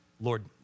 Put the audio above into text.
Lord